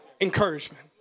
encouragement